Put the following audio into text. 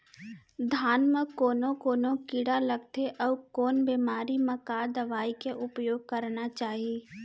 धान म कोन कोन कीड़ा लगथे अऊ कोन बेमारी म का दवई के उपयोग करना चाही?